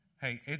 Hey